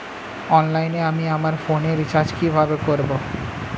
অনলাইনে আমি আমার ফোনে রিচার্জ কিভাবে করব?